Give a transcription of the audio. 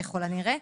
ככל הנראה.